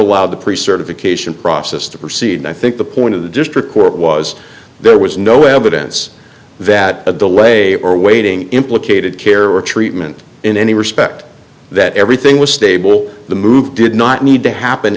allowed the priest certification process to proceed and i think the point of the district court was there was no evidence that a delay or waiting implicated care or treatment in any respect that everything was stable the move did not need to happen